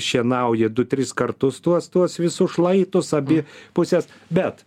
šienauja du tris kartus tuos tuos visus šlaitus abi puses bet